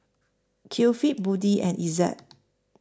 Kefli Budi and Izzat